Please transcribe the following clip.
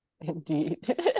indeed